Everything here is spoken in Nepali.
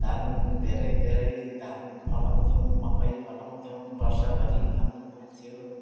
धान धेरै धेरै धान फलाउँथ्यौँ मकै फलाउँथ्यौँ बर्षभरि खानु पुग्थ्यो